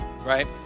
Right